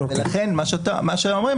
לכן מה שאומרים,